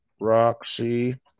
Roxy